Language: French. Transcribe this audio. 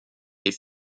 les